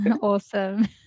awesome